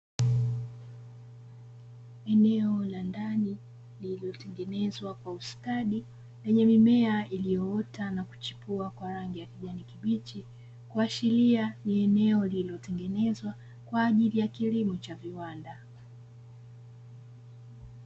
Eneo la ndani lililotengenezwa kwa ustadi, lenye mimea iliyoota na kuchipua kwa rangi ya kijani kibichi; kuashiria ni eneo lililotengenezwa kwa ajili ya kilimo cha viwanda.